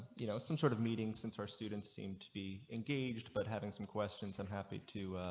you know some sort of meeting since our students seemed to be engaged but having. some questions. i'm happy too.